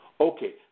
Okay